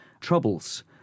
troubles